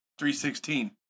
3.16